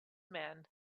man